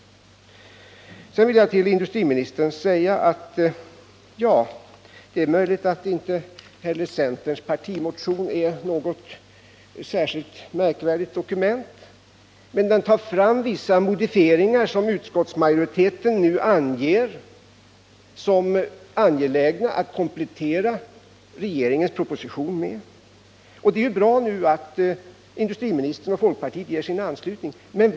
Jag vill till industriministern säga att det är möjligt att inte heller centerns partimotion är något särskilt märkvärdigt dokument. Men den innehåller vissa riktlinjer som utskottsmajoriteten nu finner det vara angeläget att komplettera regeringens proposition med. Och det är bra att industriministern och folkpartiet nu ger sin anslutning till detta.